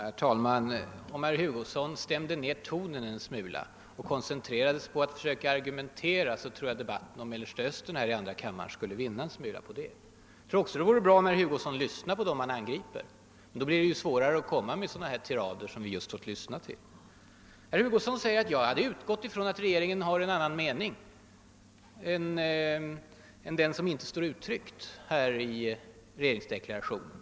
Herr talman! Om herr Hugosson stämde ned tonen en smula och koncentrerade sig på att försöka argumentera, tror jag att debatten om Mellersta Östern här i andra kammaren skulle vinna en smula på detta. Jag tror också att det vore bra om herr Hugosson lyssnade på dem han angriper. Men då blir det svårare att komma med sådana här tirader, som vi just har fått lyssna till. Herr Hugosson säger att jag hade ulgått från att regeringen har en annan mening än jag i frågor som inte tagits upp i regeringsdeklarationen.